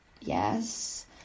yes